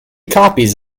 copies